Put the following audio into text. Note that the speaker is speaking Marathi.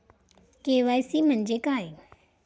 के.वाय.सी म्हणजे काय?